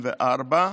44,